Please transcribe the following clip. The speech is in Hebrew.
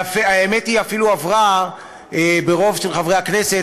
האמת היא שהיא אפילו עברה ברוב של חברי הכנסת,